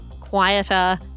quieter